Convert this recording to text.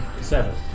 Seven